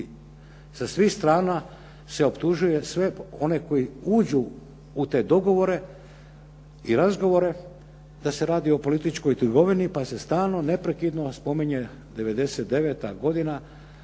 sa svih strana se optužuje sve one koji uđu u te dogovore i razgovore, da se radi o političkoj trgovini pa se stalno, neprekidno spominje '99. godina,